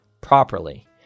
properly